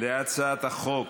להצעת החוק,